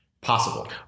possible